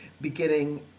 beginning